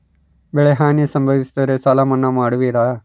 ಬೆಳೆಹಾನಿ ಸಂಭವಿಸಿದರೆ ಸಾಲ ಮನ್ನಾ ಮಾಡುವಿರ?